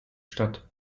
statt